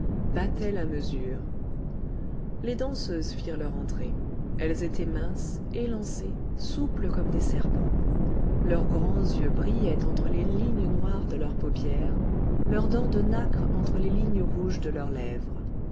battait la mesure les danseuses firent leur entrée elles étaient minces élancées souples comme des serpents leurs grands yeux brillaient entre les lignes noires de leurs paupières leurs dents de nacre entre les lignes rouges de leurs lèvres